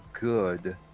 good